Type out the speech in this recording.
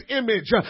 image